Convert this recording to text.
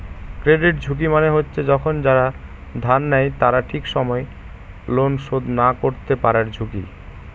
credit ঝুঁকি মানে হচ্ছে যখন যারা ধার নেয় তারা ঠিক সময় লোন শোধ না করতে পারার ঝুঁকি